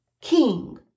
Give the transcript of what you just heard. king